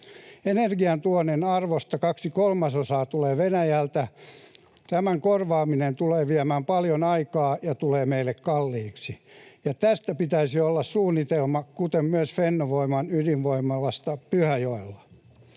Energiantuonnin arvosta kaksi kolmasosaa tulee Venäjältä. Tämän korvaaminen tulee viemään paljon aikaa ja tulee meille kalliiksi, ja tästä pitäisi olla suunnitelma, kuten myös Fennovoiman ydinvoimalasta Pyhäjoella.